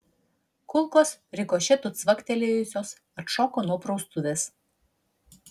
kulkos rikošetu cvaktelėjusios atšoko nuo praustuvės